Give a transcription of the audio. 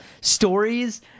stories